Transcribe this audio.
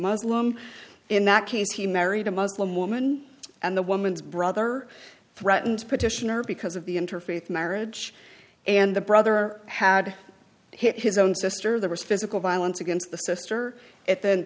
muslim in that case he married a muslim woman and the woman's brother threatened petitioner because of the interfaith marriage and the brother had his own sister there was physical violence against the sister it the